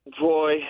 Boy